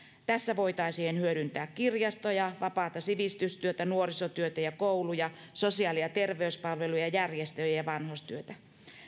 tässä voitaisiin hyödyntää kirjastoja vapaata sivistystyötä nuorisotyötä ja kouluja sosiaali ja terveyspalveluja järjestöjä ja ja vanhustyötä